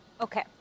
Okay